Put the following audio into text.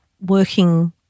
working